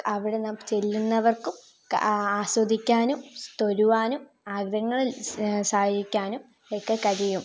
അവിടെ ചെല്ലുന്നവർക്കും ആസ്വദിക്കാനും തൊഴുവാനും ആഗ്രഹങ്ങൾ സാധിക്കാനും ഒക്കെ കഴിയും